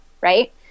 right